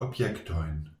objektojn